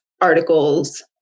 articles